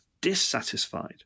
dissatisfied